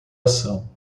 ação